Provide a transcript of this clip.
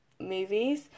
movies